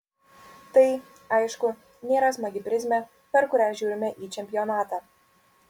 tai aišku nėra smagi prizmė per kurią žiūrime į čempionatą